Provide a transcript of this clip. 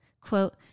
quote